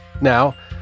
Now